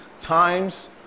times